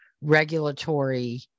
regulatory